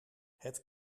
het